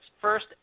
first